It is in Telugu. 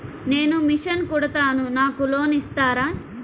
నేను మిషన్ కుడతాను నాకు లోన్ ఇస్తారా?